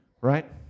right